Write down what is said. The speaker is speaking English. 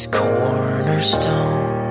cornerstone